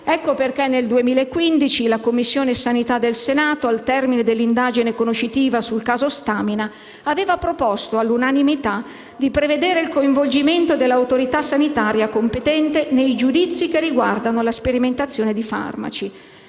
Per questo nel 2015, la Commissione Sanità del Senato, al termine dell'indagine conoscitiva sul cosiddetto caso Stamina, aveva proposto all'unanimità di prevedere il coinvolgimento dell'autorità sanitaria competente nei giudizi che riguardano la sperimentazione di farmaci.